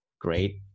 Great